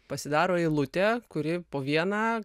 pasidaro eilutė kuri po vieną